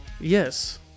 Yes